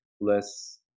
less